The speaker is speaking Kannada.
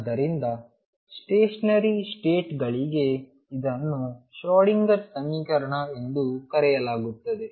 ಆದ್ದರಿಂದ ಸ್ಟೇಷನರಿ ಸ್ಟೇಟ್ಗಳಿಗೆ ಇದನ್ನು ಶ್ರೋಡಿಂಗರ್ ಸಮೀಕರಣ ಎಂದು ಕರೆಯಲಾಗುತ್ತದೆ